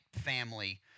family